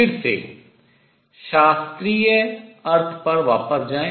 फिर से शास्त्रीय अर्थ पर वापस जाएं